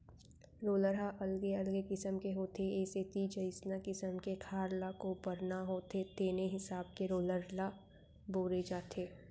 roller ह अलगे अलगे किसम के होथे ए सेती जइसना किसम के खार ल कोपरना होथे तेने हिसाब के रोलर ल बउरे जाथे